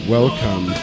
Welcome